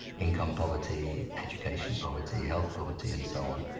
income poverty, education poverty, health poverty and so on.